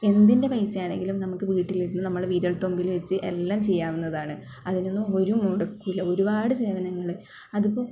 എന്തിൻ്റെ പൈസ ആണെങ്കിലും നമുക്ക് വീട്ടിൽ ഇരുന്ന് നമ്മുടെ വിരൽ തുമ്പിൽ വെച്ച് എല്ലാം ചെയ്യാവുന്നതാണ് അതിനൊന്നും ഒരു മുടക്കവും ഇല്ല ഒരുപാട് സേവനങ്ങൾ അതിപ്പോൾ